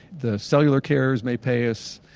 the cellular carriers may pay us.